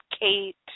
Kate